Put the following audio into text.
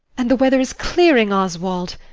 and the weather is clearing, oswald.